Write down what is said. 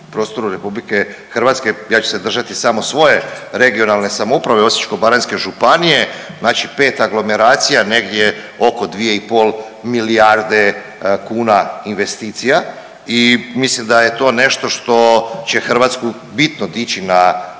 RH, ja ću se držati samo svoje regionalne samouprave Osječko-baranjske županije. Znači 5 aglomeracija, negdje oko 2,5 milijarde kuna investicija i mislim da je to nešto što će Hrvatsku bitno dići na,